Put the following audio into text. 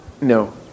No